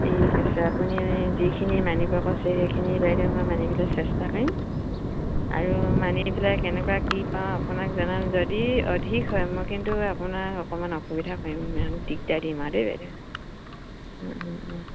ঠিক আছে আপুনি যিখিনি মানিব কৈছে সেইখিনি বাইদেউ মই মানিবলৈ চেষ্টা কৰিম আৰু মানি পেলাই কেনেকুৱা কি পাওঁ আপোনাক জনাম যদি অধিক হয় মই কিন্তু আপোনাক অকণমান অসুবিধা কৰিম দিগদাৰ দিম আৰু দেই বাইদেউ অঁ অঁ অঁ